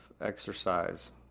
exercise